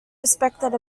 respected